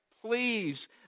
Please